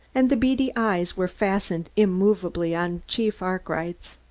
and the beady eyes were fastened immovably on chief arkwright's.